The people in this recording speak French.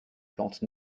plantes